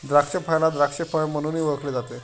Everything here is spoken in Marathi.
द्राक्षफळाला द्राक्ष फळ म्हणूनही ओळखले जाते